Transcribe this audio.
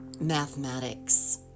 mathematics